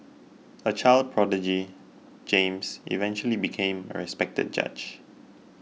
a child prodigy James eventually became a respected judge